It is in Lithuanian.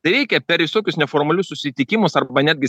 tai veikia per visokius neformalius susitikimus arba netgi